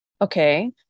okay